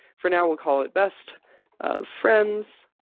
for now, we'll call it best of friends.